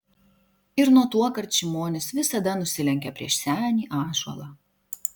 ir nuo tuokart šimonis visada nusilenkia prieš senį ąžuolą